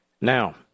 Now